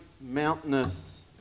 mountainous